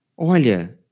Olha